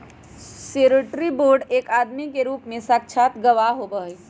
surety bond एक आदमी के रूप में साक्षात गवाह होबा हई